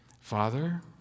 Father